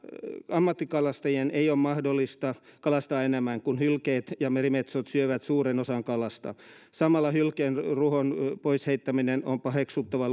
ammattikalastajien ei ole mahdollista kalastaa enemmän kun hylkeet ja merimetsot syövät suuren osan kalasta samalla hylkeen ruhon pois heittäminen on paheksuttavaa